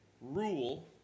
rule